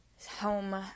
home